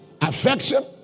affection